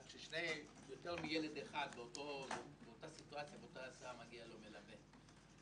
שליותר מילד אחד באותה הסעה מגיע מלווה?